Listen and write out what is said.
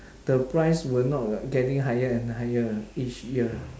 the price will not uh getting higher and higher uh each year